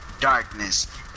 darkness